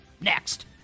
next